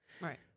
Right